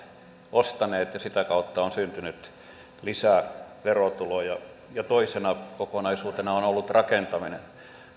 ostaneet ja sitä kautta on syntynyt lisää verotuloja ja toisena kokonaisuutena on ollut rakentaminen